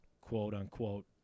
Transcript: quote-unquote